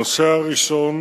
הנושא הראשון